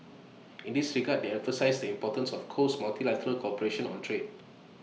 in this regard they emphasised the importance of close multilateral cooperation on trade